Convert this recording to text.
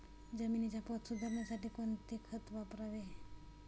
जमिनीचा पोत सुधारण्यासाठी कोणते खत वापरावे?